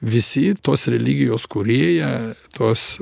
visi tos religijos kūrėją tos